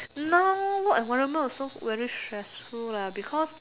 now I foreigner also very stressful lah because